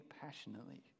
passionately